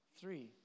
Three